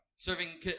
Serving